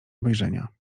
obejrzenia